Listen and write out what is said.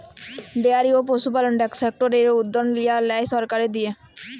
dairy বা পশুপালল সেক্টরের এই উদ্যগ লিয়া হ্যয় সরকারের দিঁয়ে